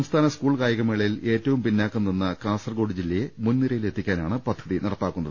സംസ്ഥാന സ്കൂൾ കായികമേളയിൽ ഏറ്റവും പിന്നോക്കം നിന്ന കാസർകോട് ജില്ലയെ മുൻനിരയിലെത്തിക്കാ നാണ് പദ്ധതി നടപ്പാക്കുന്നത്